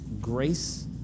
grace